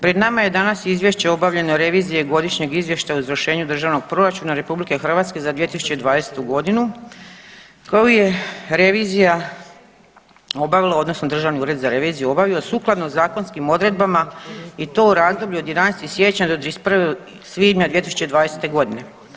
Pred nama je danas Izvješće o obavljenoj reviziji godišnjeg izvještaja o izvršenju Državnog proračuna Republike Hrvatske za 2020. godinu koju je revizija obavila, odnosno Državni ured za reviziju obavio sukladno zakonskim odredbama i to u razdoblju od 11. siječnja do 31. svibnja 2020. godine.